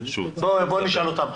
בוא נשאל אותם.